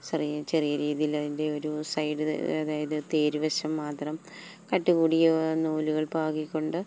ചെറിയ ചെറിയ രീതിയിൽ അതിൻ്റെ ഒരു സൈഡ് അതായത് തേരുവശം മാത്രം കട്ടികൂടിയ നൂലുകൾ പാകിക്കൊണ്ട്